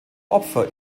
opfer